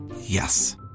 Yes